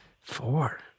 Four